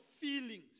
feelings